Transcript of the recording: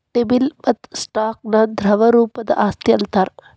T bill ಮತ್ತ stock ನ ದ್ರವ ರೂಪದ್ ಆಸ್ತಿ ಅಂತಾರ್